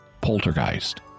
poltergeist